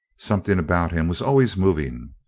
something about him was always moving.